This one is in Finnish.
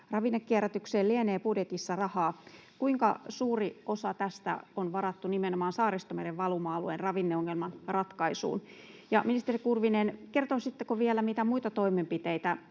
Ravinnekierrätykseen lienee budjetissa rahaa. Kuinka suuri osa tästä on varattu nimenomaan Saaristomeren valuma-alueen ravinne-ongelman ratkaisuun? Ja ministeri Kurvinen, kertoisitteko vielä, mitä muita toimenpiteitä